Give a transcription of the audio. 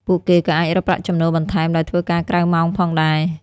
ពួកគេក៏អាចរកប្រាក់ចំណូលបន្ថែមដោយធ្វើការក្រៅម៉ោងផងដែរ។